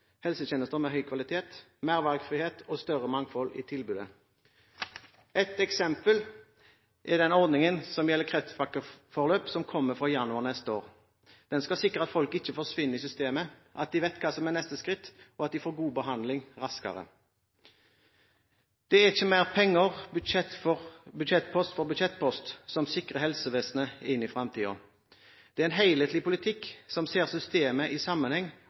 helsetjenester av høy kvalitet, med mer valgfrihet og større mangfold i tilbudet. Et eksempel er ordningen som gjelder pakkeforløp for kreft, som kommer fra januar neste år. Den skal sikre at folk ikke forsvinner i systemet, at de vet hva som er neste skritt, og at de får god behandling raskere. Det er ikke mer penger budsjettpost for budsjettpost som sikrer helsevesenet inn i fremtiden, men en helhetlig politikk som ser systemet i sammenheng,